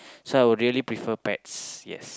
so I would really prefer pets yes